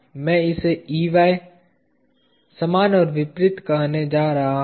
मैं इसे Ey समान और विपरीत कहने जा रहा हूं